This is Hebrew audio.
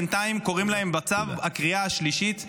בינתיים קוראים להם בצו קריאה שלישית ורביעית.